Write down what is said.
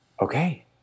okay